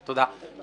תודה.